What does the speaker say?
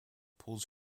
pulls